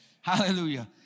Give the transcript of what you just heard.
Hallelujah